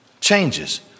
changes